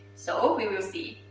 so we will see.